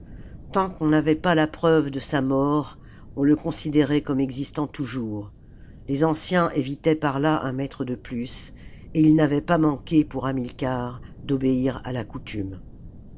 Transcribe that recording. tant qu'on n'avait pas la preuve de sa mort on le considérait comme existant toujours les anciens évitaient par là un maître de plus et ils n'avaient pas manqué pour hamilcar d'obéir à la coutume